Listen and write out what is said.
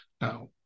now